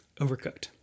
Overcooked